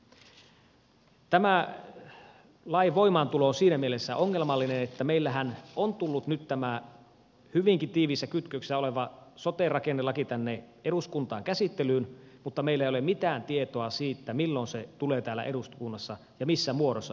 tämä lain voimaantulo on siinä mielessä ongelmallinen että meillähän on tullut nyt tämä hyvinkin tiiviissä kytköksessä oleva sote rakennelaki eduskuntaan käsittelyyn mutta meillä ei ole mitään tietoa siitä milloin ja missä muodossa se tulee täällä eduskunnassa hyväksyttyä